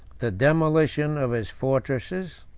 the demolition of his fortresses,